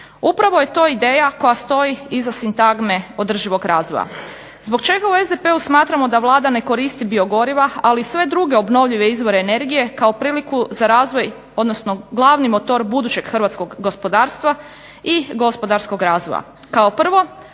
Upravo je to ideja koja stoji iza sintagme održivog razvoja. Zbog čega u SDP-u smatramo da Vlada ne koristi biogoriva ali i sve druge obnovljive izvore energije kao priliku za razvoj odnosno glavni motor budućeg hrvatskog gospodarstva i gospodarskog razvoja.